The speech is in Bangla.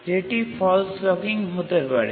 সেটি ফলস লগিং হতে পারে